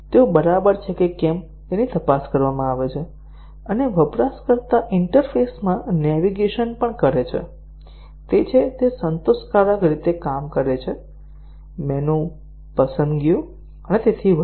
તેઓ બરાબર છે કે કેમ તેની તપાસ કરવામાં આવે છે અને વપરાશકર્તા ઇન્ટરફેસમાં નેવિગેશન પણ કરે છે તે છે તે સંતોષકારક રીતે કામ કરે છે મેનુ પસંદગીઓ અને વધુ